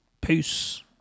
Peace